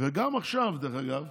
גם עכשיו, דרך אגב.